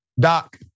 Doc